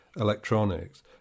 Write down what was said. electronics